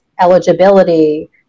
eligibility